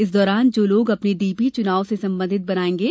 इस दौरान जो लोग अपनी डीपी चुनाव से संबंधित बनायेंगे